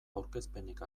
aurkezpenik